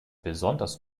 besonders